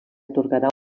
atorgarà